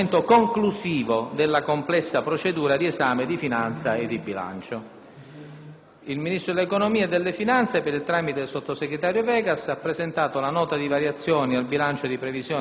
Il Ministro dell'economia e delle finanze, per il tramite del sottosegretario Vegas, ha presentato la Seconda Nota di variazioni al bilancio di previsione dello Stato per l'anno finanziario 2009 e bilancio pluriennale per il triennio 2009-2011